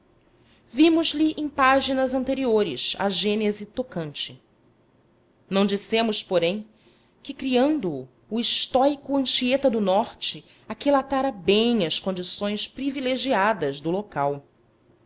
vimos lhe em páginas anteriores a gênese tocante não dissemos porém que criando o o estóico anchieta do norte aquilatara bem as condições privilegiadas do local